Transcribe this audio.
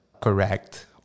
correct